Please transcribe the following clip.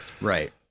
Right